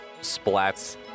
splats